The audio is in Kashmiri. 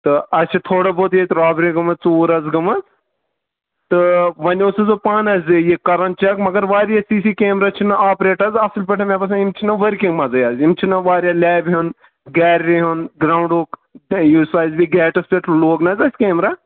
تہٕ اَسہِ چھِ تھوڑا بہت ییٚتہِ رابری گٲمٕژ ژوٗر حظ گٲمٕژ تہٕ وۅنۍ اوسُس بہٕ پانہٕ اَزبٲگۍ یہِ کران چیک مَگر واریاہ سی سی کیمرا چھِنہٕ آپرٛیٹ حظ اَصٕل پٲٹھۍ مےٚ باسان یِم چھِنہٕ ؤرکِنٛگ منٛزٕے حظ یِم چھِنہٕ واریاہ لیٚبہِ ہُنٛد گیلری ہُنٛد گراونٛڈُک ہَے یُس حظ یہِ گیٹَس پیٚٹھ لوگ حظ کیمرا